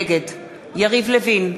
נגד יריב לוין,